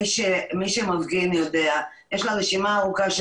מי שמפגין יודע שיש לה רשימה ארוכה של